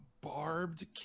barbed